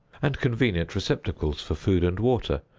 and convenient receptacles for food and water,